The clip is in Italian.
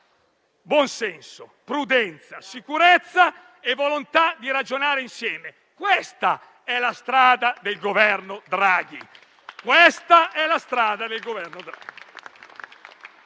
Buonsenso, prudenza sicurezza e volontà di ragionare insieme: questa è la strada del Governo Draghi.